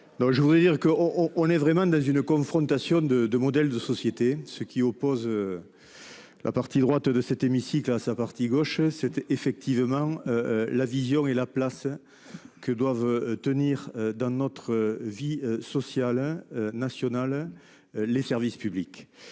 je voudrais dire que on on est vraiment dans une confrontation de 2 modèles de société ce qui oppose. La partie droite de cet hémicycle à sa partie gauche c'était effectivement la vision et la place. Que doivent tenir dans notre vie sociale hein nationale. Les services publics.